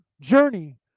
journey